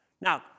Now